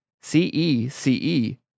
C-E-C-E